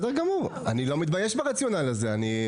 לא מתבייש ברציונל הזה.